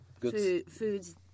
foods